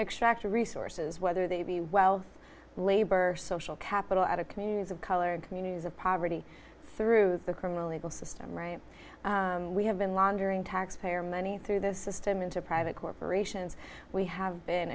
extract resources whether they be wealth labor social capital out of communities of color communities of poverty through the criminal legal system right we have been laundering taxpayer money through this system into private corporations we have been